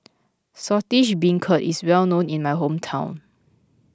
Saltish Beancurd is well known in my hometown